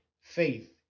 faith